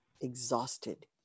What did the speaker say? exhausted